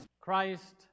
Christ